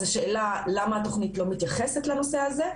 אז השאלה למה התוכנית לא מתייחסת לנושא הזה.